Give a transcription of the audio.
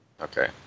okay